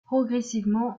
progressivement